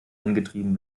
angetrieben